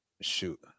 Shoot